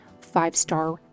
five-star